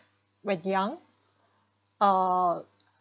when young uh